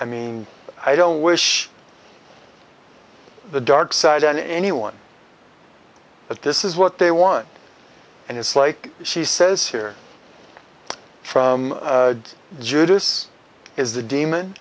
i mean i don't wish the dark side on anyone but this is what they want and it's like she says here from judas is the demon